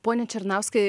pone černauskai